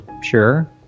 sure